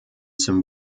zum